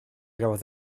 gafodd